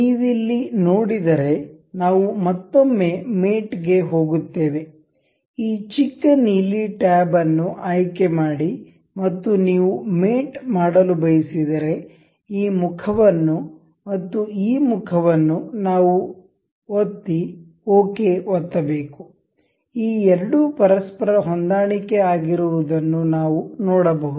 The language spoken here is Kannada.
ನೀವಿಲ್ಲಿ ನೋಡಿದರೆ ನಾವು ಮತ್ತೊಮ್ಮೆ ಮೇಟ್ ಗೆ ಹೋಗುತ್ತೇವೆ ಈ ಚಿಕ್ಕ ನೀಲಿ ಟ್ಯಾಬ್ ಅನ್ನು ಆಯ್ಕೆ ಮಾಡಿ ಮತ್ತು ನೀವು ಮೇಟ್ ಮಾಡಲು ಬಯಸಿದರೆ ಈ ಮುಖವನ್ನು ಮತ್ತು ಈ ಮುಖವನ್ನು ನಾವು ಒತ್ತಿ ಓಕೆ ಒತ್ತಬೇಕು ಈ ಎರಡು ಪರಸ್ಪರ ಹೊಂದಾಣಿಕೆ ಆಗಿರುವದನ್ನು ನಾವು ನೋಡಬಹುದು